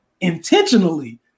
intentionally